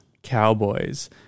Cowboys